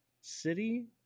city